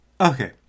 Okay